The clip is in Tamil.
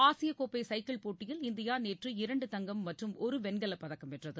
ஆசியக் கோப்பை சைக்கிள் போட்டியில் இந்தியா நேற்று இரண்டு தங்கம் மற்றும் ஒரு வெண்கலப் பதக்கம் வென்றது